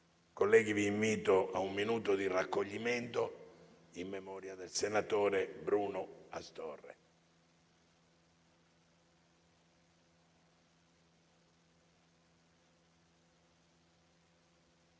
Colleghi, vi invito a osservare un minuto di raccoglimento in memoria del senatore Bruno Astorre.